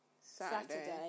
Saturday